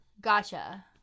Gotcha